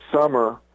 summer